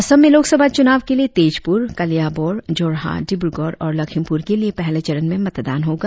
असम में लोकसभा चुनाव के लिए तेजपुर कलियाबोर जोरहाट डिब्रगढ़ और लखीमपुर के लिए पहले चरण में मतदान होगा